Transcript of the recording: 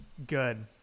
Good